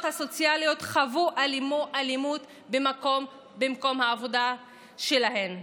הסוציאליות חוו אלימות במקום העבודה שלהן.